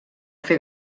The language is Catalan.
fer